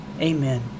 Amen